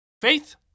Faith